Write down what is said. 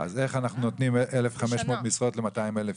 איך אנחנו נותנים 1,500 משרות ל-200,000 איש?